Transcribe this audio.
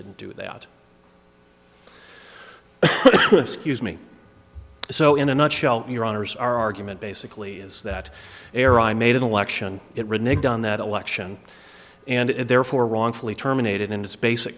didn't do that excuse me so in a nutshell your honour's our argument basically is that ere i made an election it reneged on that election and therefore wrongfully terminated in its basic